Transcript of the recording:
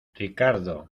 ricardo